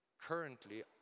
Currently